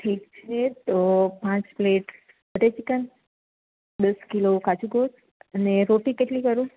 ઠીક છે તો પાંચ પ્લેટ બટર ચિકન દસ કિલો કાચું ગોસ્ત અને રોટી કેટલી કરું